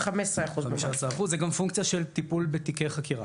גם פונקציה של טיפול בתיקי חקירה.